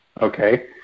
okay